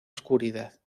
oscuridad